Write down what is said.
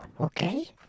okay